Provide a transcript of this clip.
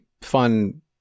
fun